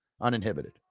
Uninhibited